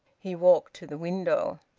he walked to the window.